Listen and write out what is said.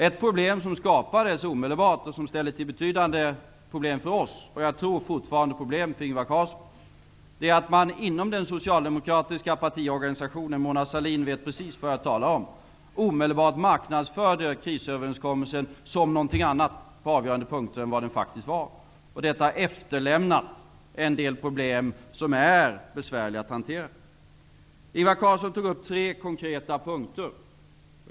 Ett problem som skapades omedelbart och som ställde till betydande problem för oss, och jag tror att det fortfarande ställer till problem för Ingvar Carlsson, är att man inom den socialdemokratiska partiorganisationen -- Mona Sahlin vet precis vad jag talar om -- omedelbart marknadsförde krisöverenskommelsen som något annat än vad den faktiskt var på avgörande punkter. Detta har efterlämnat en del problem som är besvärliga att hantera. Ingvar Carlsson tog upp tre konkreta punkter.